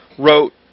wrote